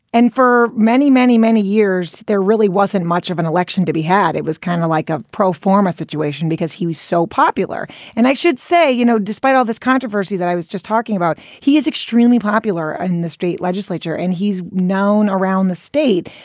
and for many, many, many years, there really wasn't much of an election to be had. it was kind of like a pro-forma situation because he was so popular. and i should say, you know, despite all this controversy that i was just talking about, he is extremely popular in the state legislature and he's known around the state.